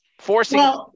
Forcing